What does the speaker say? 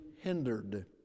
hindered